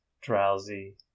drowsy